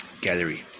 gallery